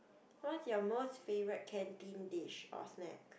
what's your most favourite canteen dish or snack